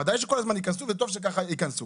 בוודאי שכל הזמן ייכנסו וטוב שככה ייכנסו.